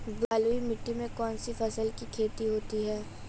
बलुई मिट्टी में कौनसी फसल की खेती होती है?